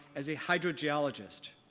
as a hydrogeologist.